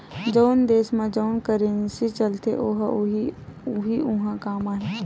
जउन देस म जउन करेंसी चलथे ओ ह उहीं ह उहाँ काम आही